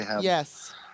Yes